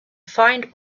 find